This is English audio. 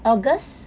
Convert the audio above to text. august